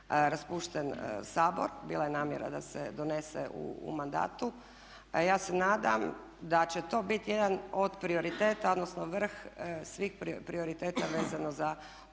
raspušten Sabor. Bila je namjera da se donese u mandatu. Ja se nadam da će to biti jedan od prioriteta odnosno vrh svih prioriteta vezano za